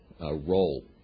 role